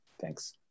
Thanks